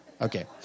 Okay